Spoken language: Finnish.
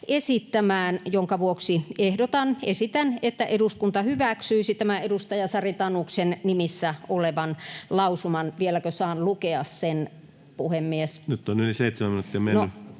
esittämään, minkä vuoksi esitän, että eduskunta hyväksyisi tämän edustaja Sari Tanuksen nimissä olevan lausuman. Vieläkö saan lukea sen, puhemies? No, tämä riittää, että